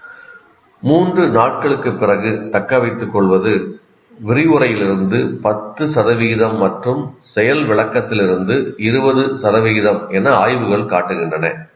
3 நாட்களுக்குப் பிறகு தக்கவைத்துக்கொள்வது விரிவுரையிலிருந்து 10 சதவிகிதம் மற்றும் செயல் விளக்கத்திலிருந்து 20 சதவிகிதம் என்று ஆய்வுகள் காட்டுகின்றன